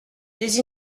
des